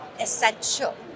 essential